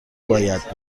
باید